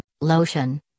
lotion